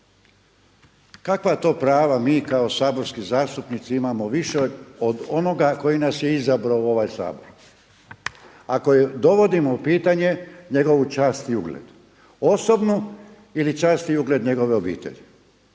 Kakva to prava mi kao saborski zastupnici imamo više od onoga koji nas je izabrao u ovaj Sabor. Ako dovodimo u pitanje njegovu čast i ugled osobnu ili čast i ugled njegove obitelji.